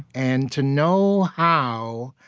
and to know how,